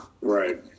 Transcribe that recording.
Right